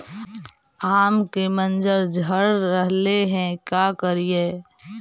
आम के मंजर झड़ रहले हे का करियै?